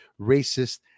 racist